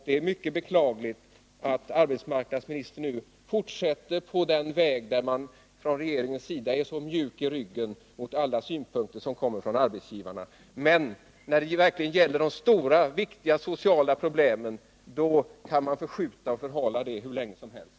Det är mycket beklagligt att arbetsmarknadsministern nu fortsätter på den väg som regeringen tidigare slagit in på och som innebär att man är så mjuk i ryggen inför alla synpunkter som kommer från arbetsgivarna. Lösningen av de sociala problemen kan man i stället förhala hur länge som helst.